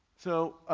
so